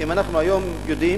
אם אנחנו היום יודעים